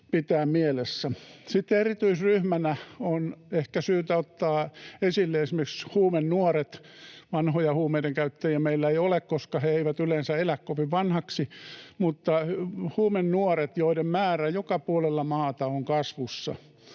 pitää mielessä. Sitten erityisryhmänä on ehkä syytä ottaa esille esimerkiksi huumenuoret — vanhoja huumeiden käyttäjiä meillä ei ole, koska he eivät yleensä elä kovin vanhaksi — huumenuoret, joiden määrä joka puolella maata on kasvussa.